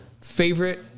favorite